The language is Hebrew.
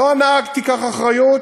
לא "הנהג, תיקח אחריות",